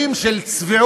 מצגי